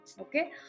Okay